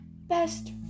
best